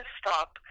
stop